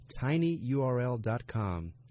tinyurl.com